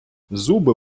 зуби